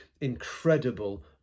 incredible